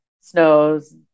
snows